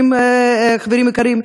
חברים יקרים,